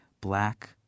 black